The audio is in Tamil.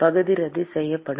பகுதி ரத்து செய்யப்படும்